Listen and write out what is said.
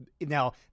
now